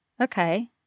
Okay